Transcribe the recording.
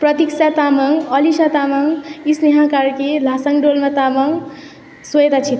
प्रतीक्षा तामाङ अलिसा तामाङ स्नेहा कार्की लासाङ डोल्मा तामाङ स्वेता छेत्री